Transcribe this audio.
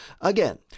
again